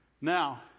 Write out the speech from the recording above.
Now